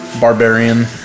barbarian